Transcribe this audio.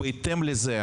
בהתאם לזה,